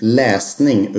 läsning